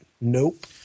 Nope